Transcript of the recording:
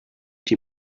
die